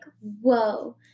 whoa